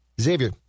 Xavier